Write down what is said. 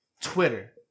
Twitter